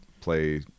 play